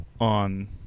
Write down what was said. on